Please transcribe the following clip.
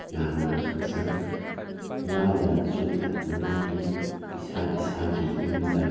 ꯌꯥꯝꯅ ꯍꯛꯆꯥꯡ ꯋꯥꯗꯅ ꯆꯣꯊꯥꯗꯅꯉꯥꯏꯒꯤ ꯏꯁꯥ ꯏꯁꯥꯒꯤ ꯌꯨꯝꯗ